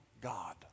God